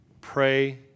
Pray